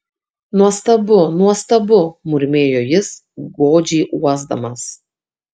nuostabu nuostabu murmėjo jis godžiai uosdamas